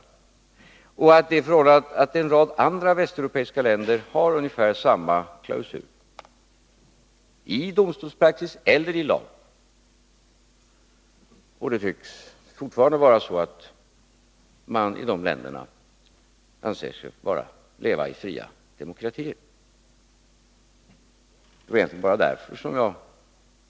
Vidare tog jag upp det förhållandet att en rad andra västeuropeiska länder har ungefär samma klausul, i domstolspraxis eller i lag, och det tycks fortfarande vara så att man i de länderna anser sig leva i fria demokratier!